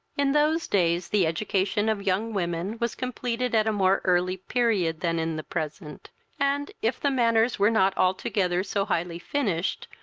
in those days, the education of young women was completed at a more early period than in the present and, if the manners were not altogether so highly finished,